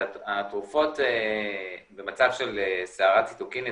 שהתרופות שנוסו היום במצב של סערה ציטוקינית,